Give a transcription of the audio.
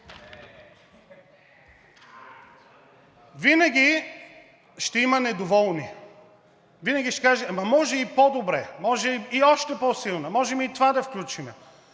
Винаги ще има недоволни, винаги ще кажат: ама може и по-добре, може и още по-силно, можем и това да включим!